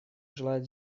желает